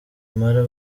impala